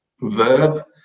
verb